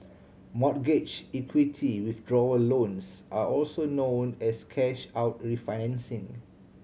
mortgage equity withdrawal loans are also known as cash out refinancing